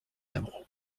aimeront